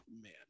Man